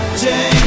change